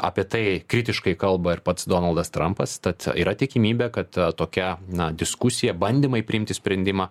apie tai kritiškai kalba ir pats donaldas trampas tad yra tikimybė kad tokia na diskusija bandymai priimti sprendimą